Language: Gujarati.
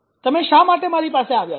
તમે શા માટે મારી પાસે આવ્યા છો